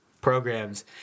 programs